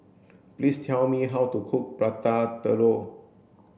please tell me how to cook Prata Telur